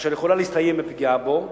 אשר יכולה להסתיים בפגיעה בו,